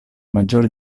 maggiori